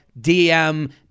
DM